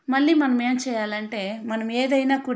మళ్ళీ మనం ఏం చేయాలంటే మనమేదైనా కూడ